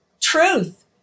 truth